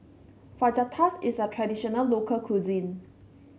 fajitas is a traditional local cuisine